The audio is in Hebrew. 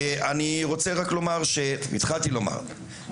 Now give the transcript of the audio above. התחלתי לומר,